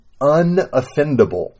unoffendable